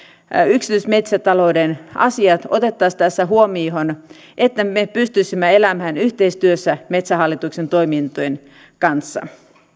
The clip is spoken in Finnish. yksityismetsätalouden asiat otettaisiin tässä huomioon että me pystyisimme elämään yhteistyössä metsähallituksen toimintojen kanssa